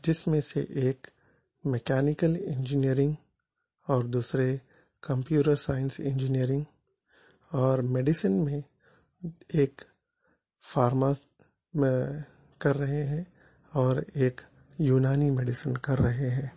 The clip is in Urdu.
جس میں سے ایک مکینکل انجینئرنگ اور دوسرے کمپیوٹر سائنس انجینئرنگ اور میڈیسن میں ایک فارماز میں کر رہے ہیں اور ایک یونانی مڈیسن کر رہے ہیں